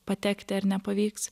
patekti ar nepavyks